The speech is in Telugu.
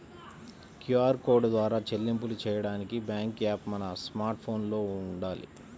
క్యూఆర్ కోడ్ ద్వారా చెల్లింపులు చెయ్యడానికి బ్యేంకు యాప్ మన స్మార్ట్ ఫోన్లో వుండాలి